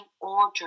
order